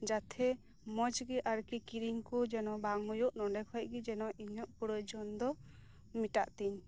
ᱡᱟᱛᱮ ᱢᱚᱸᱡᱽᱜᱮ ᱟᱨᱠᱤ ᱠᱤᱨᱤᱧ ᱠᱚ ᱡᱮᱱᱚ ᱵᱟᱝ ᱦᱳᱭᱳᱜ ᱚᱸᱰᱮ ᱠᱷᱚᱱᱜᱮ ᱡᱮᱱᱚ ᱤᱧᱟᱹᱜ ᱯᱩᱨᱟᱹ ᱡᱚᱢᱫᱚ ᱢᱮᱴᱟᱜ ᱛᱤᱧ